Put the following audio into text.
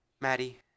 Maddie